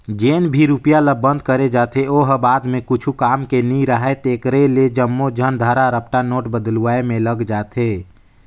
जेन भी रूपिया ल बंद करे जाथे ओ ह बाद म कुछु काम के नी राहय तेकरे ले जम्मो झन धरा रपटा नोट बलदुवाए में लग जाथे